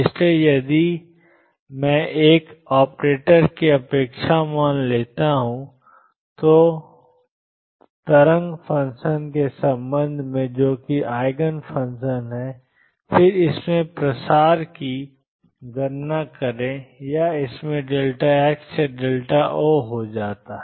इसलिए यदि मैं एक ऑपरेटर की अपेक्षा मान लेता हूं तो तरंग फ़ंक्शन के संबंध में जो कि आइगन फ़ंक्शन हैं और फिर इसमें प्रसार की गणना करें या इसमें x या O हो जाता है